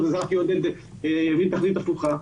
זה יעודד תכלית הפוכה.